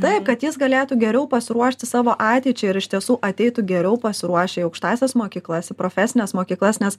taip kad jis galėtų geriau pasiruošti savo ateičiai ir iš tiesų ateitų geriau pasiruošę į aukštąsias mokyklas į profesines mokyklas nes